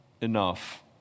enough